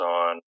on